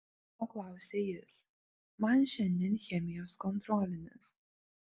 paklausė jis man šiandien chemijos kontrolinis